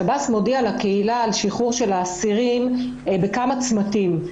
שב"ס מודיע לקהילה על שחרור של האסירים בכמה צמתים.